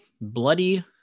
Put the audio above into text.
bloody